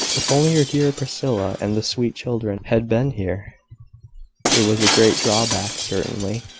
if only her dear priscilla, and the sweet children, had been here it was a great drawback, certainly,